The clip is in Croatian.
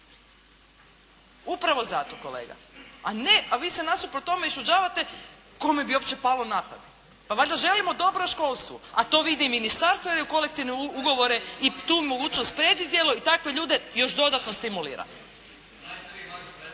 Upravo zato kolega. A ne, a vi se nasuprot tome iščuđavate kome bi uopće palo napamet? Pa valjda želimo dobro školstvu. A to vidi ministarstvo jer je u kolektivne ugovore i tu mogućnost predvidjelo. I takve ljude još dodatno stimulira.